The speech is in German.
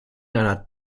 einer